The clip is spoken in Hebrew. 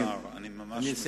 כבוד השר, אני ממש מבקש.